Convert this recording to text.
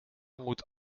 moet